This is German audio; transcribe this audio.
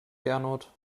gernot